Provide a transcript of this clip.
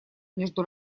между